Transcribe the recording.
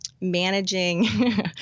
managing